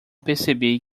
percebi